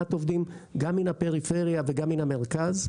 שיש להם מעט עובדים זגם מהפריפריה וגם מהמרכז.